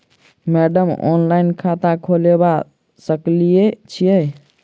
Madam online खाता खोलबा सकलिये छीयै?